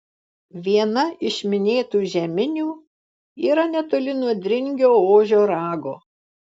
viena iš minėtų žeminių yra netoli nuo dringio ožio rago